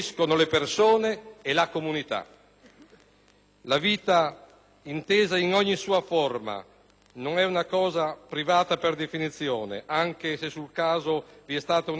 La vita, intesa in ogni sua forma, non è una cosa privata per definizione (anche se sul caso vi è stata un'attività eccessiva da parte dei *media)*,